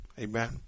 Amen